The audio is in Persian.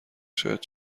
شاید